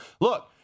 look